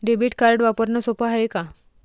Debit card वापरणं सोप हाय का?